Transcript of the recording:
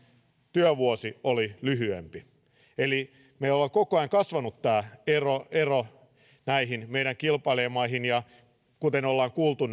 työvuosi oli lyhyempi meillä on koko ajan kasvanut tämä ero ero näihin meidän kilpailijamaihimme ja kuten ollaan kuultu